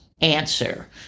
answer